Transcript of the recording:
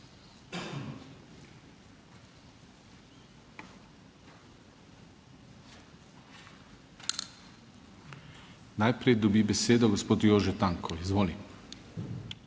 Najprej dobi besedo gospod Jože Tanko, izvolite.